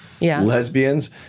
Lesbians